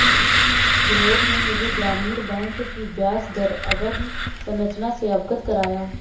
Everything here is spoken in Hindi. बिनोद ने मुझे ग्रामीण बैंक की ब्याजदर अवधि संरचना से अवगत कराया